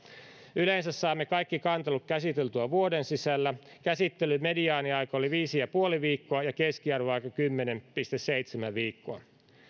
yleensä saamme kaikki kantelut käsiteltyä vuoden sisällä käsittelyn mediaaniaika oli viisi pilkku viisi viikkoa ja keskiarvoaika kymmenen pilkku seitsemän viikkoa